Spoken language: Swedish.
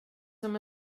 som